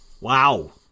Wow